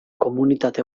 komunitate